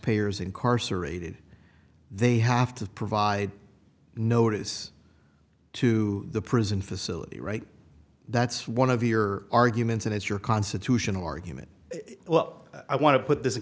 payers incarcerated they have to provide notice to the prison facility right that's one of your arguments and as your constitutional argument well i want to put this i